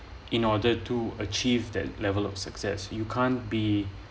in order to achieve that level of success you can't be